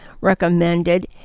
recommended